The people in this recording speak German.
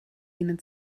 ihnen